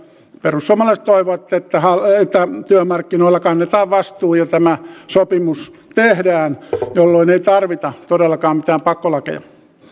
perussuomalaiset toivovat että työmarkkinoilla kannetaan vastuu ja tämä sopimus tehdään jolloin ei tarvita todellakaan mitään pakkolakeja